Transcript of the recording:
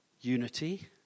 unity